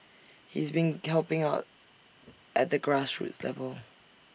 he's been helping out at the grassroots level